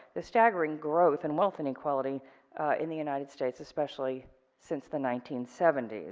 the staggering growth in wealth and equality in the united states especially since the nineteen seventy s.